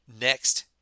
Next